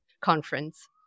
conference